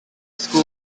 school